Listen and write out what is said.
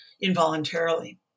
involuntarily